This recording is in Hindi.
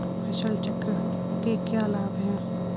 फसल चक्र के क्या लाभ हैं?